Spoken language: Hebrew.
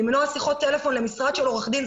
למנוע שיחת טלפון למשרד עורך דין,